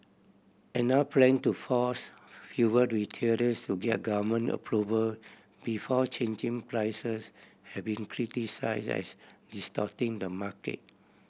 plan to force fuel retailers to get government approval before changing prices has been criticise as distorting the market